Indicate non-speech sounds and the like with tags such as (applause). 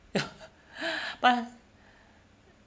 (laughs) but